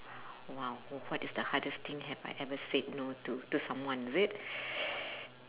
!wow! what is the hardest thing have I ever said no to to someone is it